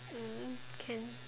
mm can